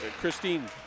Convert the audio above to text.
Christine